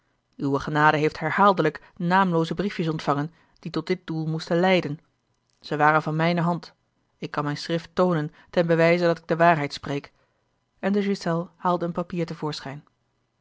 uwe genade heeft herhaaldelijk naamlooze briefjes ontvangen die tot dit doel moesten leiden zij waren van mijne hand ik kan mijn schrift toonen ten bewijze dat ik de waarheid spreek en de ghiselles haalde een papier